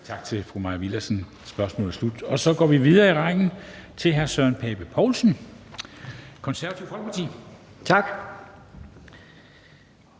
Tak til fru Mai Villadsen. Spørgsmålet er slut. Og så går vi videre i rækken til hr. Søren Pape Poulsen, Det Konservative Folkeparti. Kl.